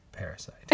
parasite